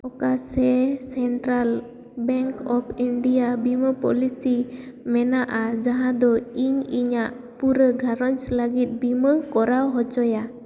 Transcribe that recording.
ᱚᱠᱟ ᱥᱮ Central Bank of India ᱵᱤᱢᱟᱹ ᱯᱚᱞᱤᱥᱤ ᱢᱮᱱᱟᱜᱼᱟ ᱡᱟᱦᱟᱸ ᱫᱚ ᱤᱧ ᱤᱧᱟᱹᱜ ᱯᱩᱨᱟᱹ ᱜᱷᱟᱨᱚᱸᱡᱽ ᱞᱟᱹᱜᱤᱫ ᱵᱤᱢᱟᱹ ᱠᱚᱨᱟᱣ ᱦᱚᱪᱚᱭᱟ